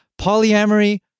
Polyamory